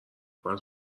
بعد